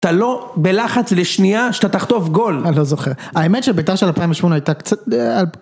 אתה לא בלחץ לשנייה שאתה תחטוף גול. אני לא זוכר. האמת שבית"ר של 2008 הייתה קצת...